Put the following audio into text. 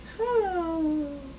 Hello